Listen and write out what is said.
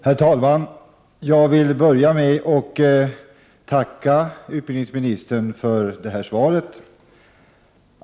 Herr talman! Jag vill börja med att tacka utbildningsministern för svaret.